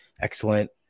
excellent